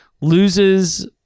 loses